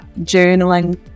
journaling